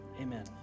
amen